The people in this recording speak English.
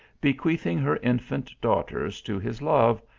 bequeathing her infant daughters to his love,